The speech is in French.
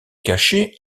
cacher